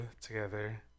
together